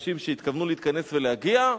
האנשים שהתכוונו להתכנס ולהגיע,